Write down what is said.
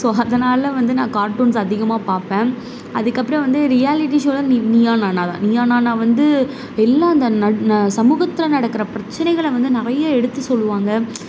so அதனால் வந்து நான் கார்ட்டூன்ஸ் அதிகமாக பார்ப்பேன் அதுக்கப்புறம் வந்து ரியாலிட்டி ஷோவில் நீயா நானாதான் நீயா நானா வந்து எல்லாம் இந்த சமூகத்தில் நடக்கிற பிரச்சினைகள வந்து நிறையா எடுத்து சொல்லுவாங்க